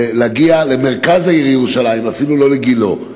למרכז העיר ירושלים, אפילו לא לגילה.